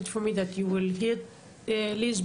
אם מישהו לא דובר אנגלית, תיידעו אותנו